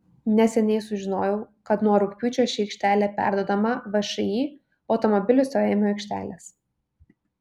neseniai sužinojau kad nuo rugpjūčio ši aikštelė perduodama všį automobilių stovėjimo aikštelės